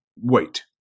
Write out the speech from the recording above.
Wait